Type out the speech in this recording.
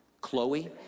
Chloe